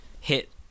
hit